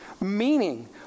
meaning